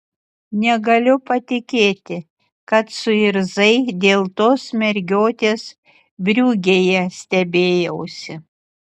negaliu patikėti kad suirzai dėl tos mergiotės briugėje stebėjausi